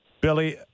Billy